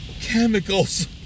Chemicals